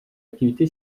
activité